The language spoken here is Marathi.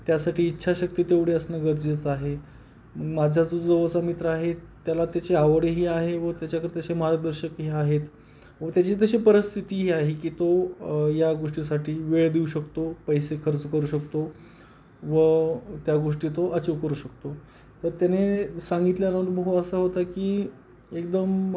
त्यासाठी इच्छाशक्ती तेवढी असणं गरजेचं आहे माझा जो जो असा मित्र आहे त्याला त्याची आवडीही आहे व त्याच्याकडे तसे मार्गदर्शकही आहेत व त्याची तशी परिस्थितीही आहे की तो या गोष्टीसाठी वेळ देऊ शकतो पैसे खर्च करू शकतो व त्या गोष्टी तो अचीव करू शकतो तर त्याने सांगितलेला अनुभव असा होता की एकदम